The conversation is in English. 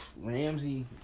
Ramsey